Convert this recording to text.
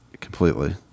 completely